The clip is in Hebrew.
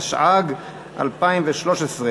התשע"ג 2013,